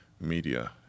media